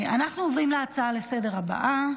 אנחנו עוברים להצעה לסדר-היום הבאה.